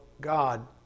God